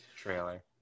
trailer